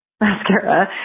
mascara